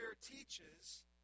teaches